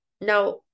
Now